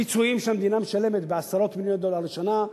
פיצויים שהמדינה משלמת בעשרות מיליוני דולרים לשנה,